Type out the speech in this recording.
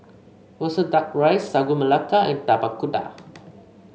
roasted duck rice Sagu Melaka and Tapak Kuda